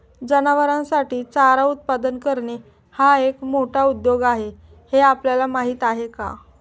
जनावरांसाठी चारा उत्पादन करणे हा एक मोठा उद्योग आहे हे आपल्याला माहीत आहे का?